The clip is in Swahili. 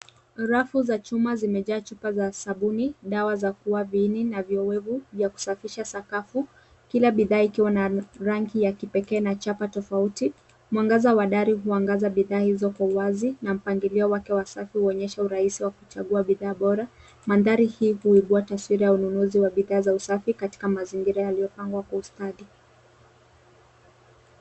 Rafu za chuma zimejaa chupa za sabuni, dawa za kuwa viini na viowevu vya kusafisha sakafu kila bidhaa ikiwa una rangi ya kipekee na chapa tofauti. Mwangaza wa dari huangaza bidhaa hizo kwa uwazi na mpangilio wake wa usafi huonyesha uraisi wa kuchagua bidhaa bora. Mandhari hii huibua taswira ya ununuzi wa bidhaa za usafi katika mazingira yaliyopangwa kwa ustadi.